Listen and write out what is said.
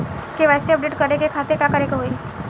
KYC update करे के खातिर का करे के होई?